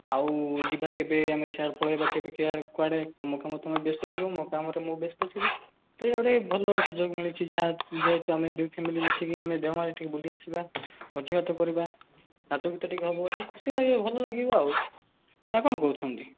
ଆଉ ଯିବା କେବେ ଆମେ ସିଆଡ଼େ ପଳେଇବା କେବେ କୁଆଡ଼େ ତୁମ କାମରେ ତମେ ବ୍ୟସ୍ତ ଥିବ ମୋ କାମରେ ମୁଁ ବ୍ୟସ୍ତ ଥିବି ତ ଇଆଡ଼େ ଭଲ ସୁଯୋଗ ମିଳିଛି ଯାହା ଯେହେତୁ ଆମେ ଦୁଇ ଫ୍ୟାମିଲି ଆମେ ମିଶିକି ଦେଓମାଳି ଟିକେ ବୁଲି ଆସିବା ଭୋଜିଭାତ କରିବା ନାଚଗୀତ ଟିକେ ହେବ ଟିକେ ଖୁସି ଲାଗିବ ଭଲ ଲାଗିବ ଆଉ ନା କ'ଣ କହୁଛନ୍ତି